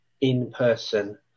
in-person